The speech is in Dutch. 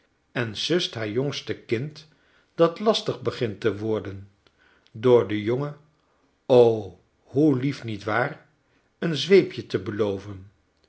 en sust haar jongste kind dat lastig begint te worden door den jongen o hoe lief niet waar een zweepje te beloven